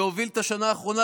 שהוביל את השנה האחרונה,